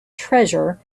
treasure